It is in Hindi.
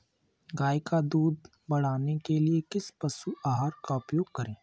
गाय का दूध बढ़ाने के लिए किस पशु आहार का उपयोग करें?